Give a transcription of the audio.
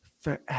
forever